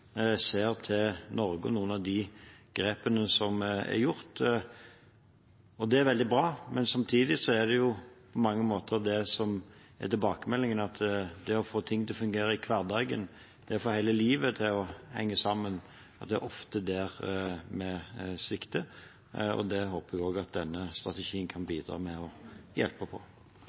ser til Norge og noen av de grepene som er gjort, og det er veldig bra. Samtidig er tilbakemeldingen på mange måter den at når det gjelder det å få ting til å fungere i hverdagen, det å få hele livet til å henge sammen, er det ofte der vi svikter. Der håper jeg denne strategien kan bidra. Dermed er debatten i sak nr. 6 avsluttet. Den nordiske velferdsmodellen som Norge er bygget på,